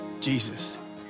Jesus